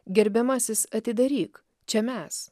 gerbiamasis atidaryk čia mes